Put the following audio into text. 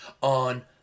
on